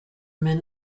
men